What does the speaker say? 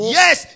yes